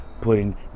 putting